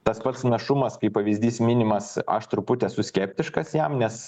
tas pats našumas kaip pavyzdys minimas aš truputį esu skeptiškas jam nes